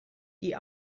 die